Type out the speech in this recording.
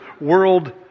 world